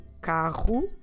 carro